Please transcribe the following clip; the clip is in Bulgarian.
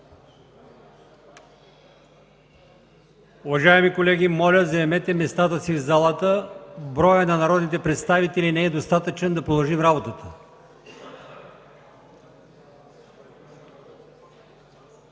Уважаеми колеги, моля заемете местата си в залата – броят на народните представители не е достатъчен, за да продължим работата.